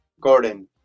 Gordon